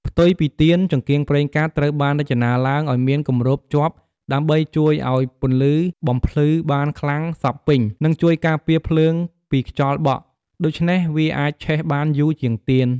ផ្ទុយពីទៀន ចង្កៀងប្រេងកាតត្រូវបានរចនាឡើងឲ្យមានគម្របជាប់ដើម្បីជួយឲ្យពន្លឺបំភ្លឺបានខ្លាំងសព្វពេញ និងជួយការពារភ្លើងពីខ្យល់បក់ ដូច្នេះវាអាចឆេះបានយូរជាងទៀន។